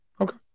Okay